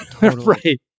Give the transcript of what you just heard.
Right